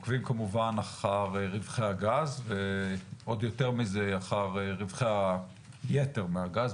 עוקבים כמובן אחר רווחי הגז ועוד יותר מזה אחר רווחי היתר מהגז,